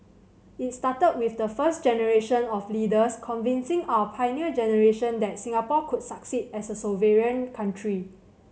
it started with the first generation of leaders convincing our Pioneer Generation that Singapore could succeed as a sovereign country